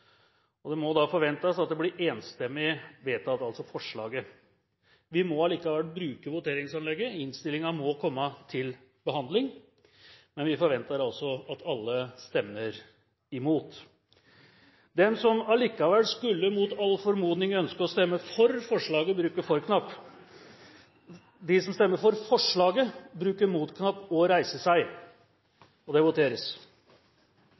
og da må det forventes at forslaget blir enstemmig vedtatt. Vi må likevel bruke voteringsanlegget – innstillingen må komme til behandling – men vi forventer altså at alle stemmer imot. De som likevel, mot all formodning, skulle ønske å stemme for innstillingen, bruker for-knappen, de som stemmer for forslaget, bruker mot-knappen og reiser seg.